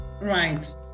right